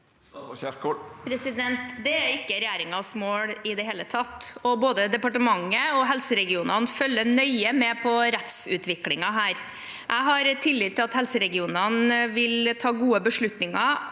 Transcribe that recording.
Det er ikke re- gjeringens mål i det hele tatt, og både departementet og helseregionene følger nøye med på rettsutviklingen her. Jeg har tillit til at helseregionene vil ta gode beslutninger